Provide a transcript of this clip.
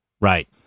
Right